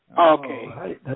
Okay